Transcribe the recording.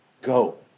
Go